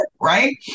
right